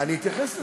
אני אתייחס לזה.